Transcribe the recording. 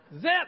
zip